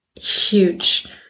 huge